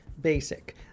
basic